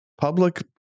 Public